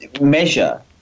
measure